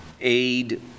aid